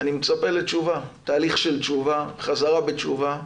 אני מצפה לתשובה, תהליך של תשובה, חזרה בתשובה,